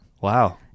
Wow